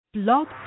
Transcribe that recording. Blog